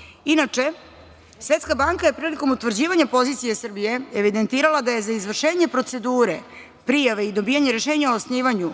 došlo. Inače, Svetska banka je prilikom utvrđivanja pozicije Srbije evidentirala da je za izvršenje procedure prijave i dobijanja rešenja o osnivanju,